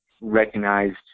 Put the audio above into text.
recognized